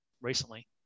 recently